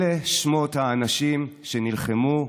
אלה שמות האנשים שנלחמו,